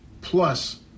Plus